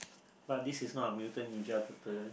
but this is not a Mutant Ninja Turtle